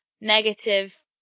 negative